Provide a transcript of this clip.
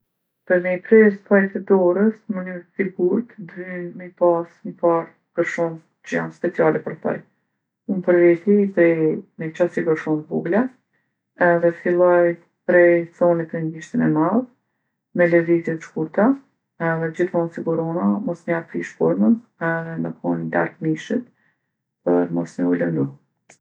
Për me i pre thojt e dorës n'mënyrë t'sigurtë t'vyn mi pasë ni parë gërshon që jon speciale për thoj. Unë për veti i prej me qasi gërshon t'vogla edhe filloj prej thonit n'gishtin e madh, me lëvizje t'shkurta edhe gjithmonë sigurohna mos me ja prishë formën edhe me kon larg mishit për mos me u lëndu.